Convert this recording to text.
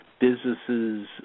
businesses